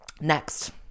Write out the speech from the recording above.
Next